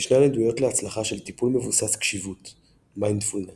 ישנן עדויות להצלחה של טיפול מבוסס קשיבות מיינדפולנס.